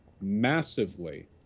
massively